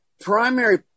primary